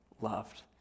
loved